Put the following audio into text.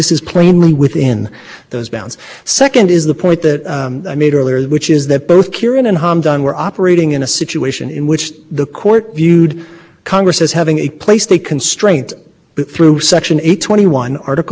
the court has said is that article three reflects reflects historical practice and that the regardless of whether you construe it broadly or narrowly we think that this this conspiracy because of the long practice in tradition because of the ties to